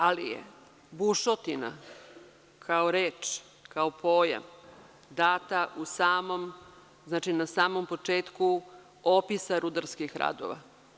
Ali je bušotina kao reč, kao pojam, data na samom početku opisa rudarskih radova.